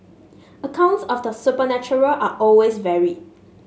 accounts of the supernatural are always varied